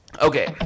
Okay